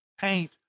Paint